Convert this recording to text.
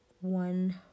one